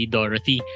Dorothy